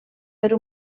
per